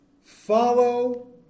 Follow